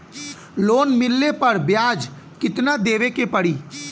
Loan मिलले पर ब्याज कितनादेवे के पड़ी?